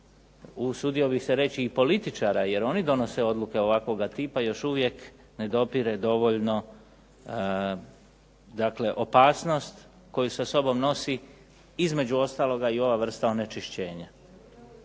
usudio bih se reći političara jer oni donose odluke ovakvog tipa još uvijek ne dopire dovoljno opasnost koju sa sobom nosi između ostaloga i ova vrsta onečišćenja.